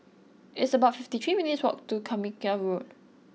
it's about fifty three minutes' walk to Carmichael Road